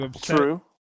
True